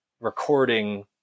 recording